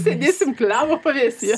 sėdėsim klevo pavėsyje